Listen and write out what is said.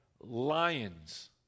lions